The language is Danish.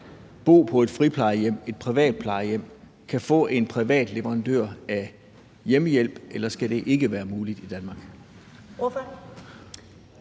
bo på et friplejehjem, et privat plejehjem, kan få en privat leverandør af hjemmehjælp, eller skal det ikke være muligt i Danmark?